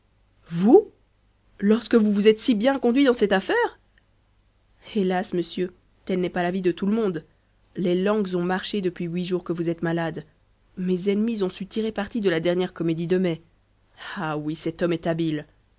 vous lorsque vous vous êtes si bien conduit dans cette affaire hélas monsieur tel n'est pas l'avis de tout le monde les langues ont marché depuis huit jours que vous êtes malade mes ennemis ont su tirer parti de la dernière comédie du mai ah oui cet homme est habile